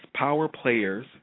powerplayers